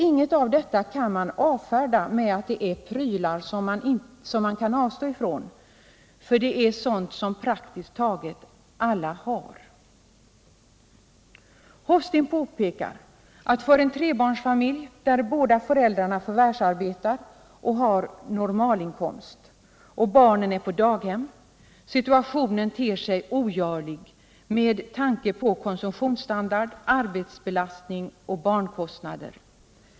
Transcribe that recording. Inget av detta kan man avfärda med att det är prylar som man kan avstå ifrån, för det är sådant som praktiskt taget alla har. ; Erland Hofsten påpekar att för en trebarnsfamilj, där båda föräldrarna förvärvsarbetar och har normal inkomst och barnen är på daghem, ter sig situationen ogörlig med tanke på konsumtionsstandard, arbetsbelastning och barnkostnader.